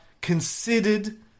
considered